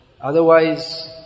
Otherwise